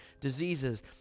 diseases